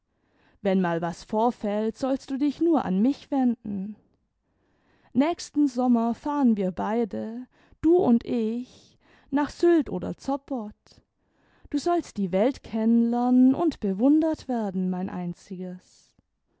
wenn mal was vorfällt sollst du dich nur an mich wenden nächsten sommer fahren wir beide du und ich nach sylt oder zoppot du sollst die welt kennen lernen und bewundert werden mein einziges